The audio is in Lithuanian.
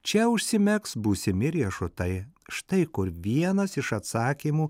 čia užsimegs būsimi riešutai štai kur vienas iš atsakymų